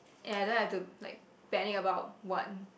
and I don't have to like panicked about what